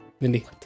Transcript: Mindy